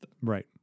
right